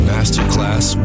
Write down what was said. Masterclass